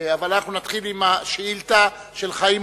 אבל אנחנו נתחיל עם השאילתא של חבר